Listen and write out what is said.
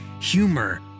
humor